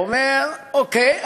אומר: אוקיי,